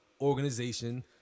organization